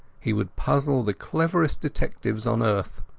he would puzzle the cleverest detectives on earth.